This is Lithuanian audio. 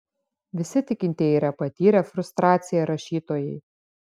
visi tikintieji yra patyrę frustraciją rašytojai